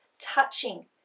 touching